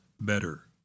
better